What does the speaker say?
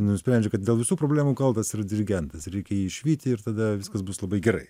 nusprendžia kad dėl visų problemų kaltas yra dirigentas reikia jį išvyti ir tada viskas bus labai gerai